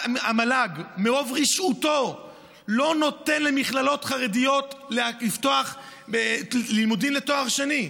המל"ג ברוב רשעותו לא נותן למכללות חרדיות לפתוח לימודים לתואר שני.